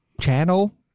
Channel